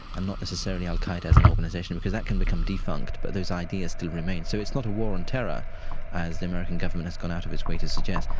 and not necessarily al-qaeda as an organization because that can become defunct, but those ideas still remain. so it's not a war on terror as the american government has gone out of its way to suggest,